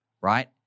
right